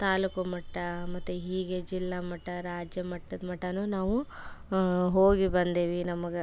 ತಾಲೂಕುಮಟ್ಟ ಮತ್ತು ಹೀಗೆ ಜಿಲ್ಲಾಮಟ್ಟ ರಾಜ್ಯಮಟ್ಟದ ಮಟನೂ ನಾವು ಹೋಗಿ ಬಂದೇವಿ ನಮ್ಗೆ